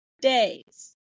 days